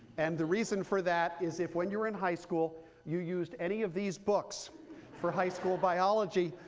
and the reason for that is, if when you were in high school you used any of these books for high school biology,